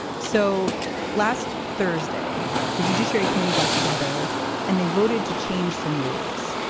so last thursday the judiciary committee got together and they voted to change some rules.